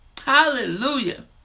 Hallelujah